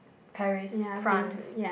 Paris France